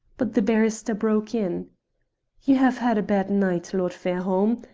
but the barrister broke in. you have had a bad night, lord fairholme.